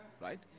right